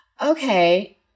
Okay